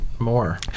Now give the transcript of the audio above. more